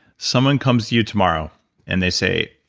someone comes to you tomorrow and they say,